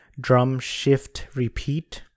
drumshiftrepeat